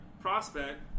prospect